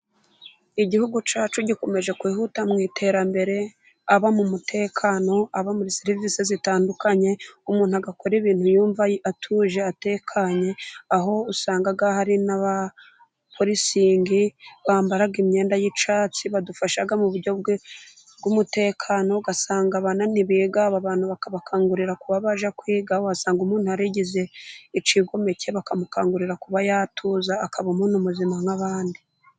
Igihugu cyacu gikomeje kwihuta mu iterambere, haba mu mutekano haba muri serivisi zitandukanye, umuntu agakora ibintu yumva atuje atekanye, aho usanga hari n'abapolisingi bambara imyenda y'icyatsi badufasha mu buryo bw'umutekano, ugasanga abana ntibiga abo bantu bakabakangurira kuba bajya kwiga, wasanga umuntu yarigize ikigomeke bakamukangurira kuba yatuza akaba umuntu muzima nk'abandi.